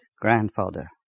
grandfather